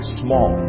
small